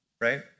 right